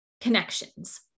connections